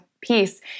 peace